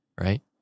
right